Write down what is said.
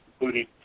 including